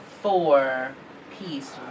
four-piece